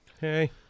Hey